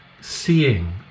seeing